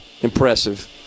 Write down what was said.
impressive